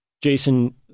Jason